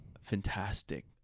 fantastic